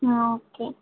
okay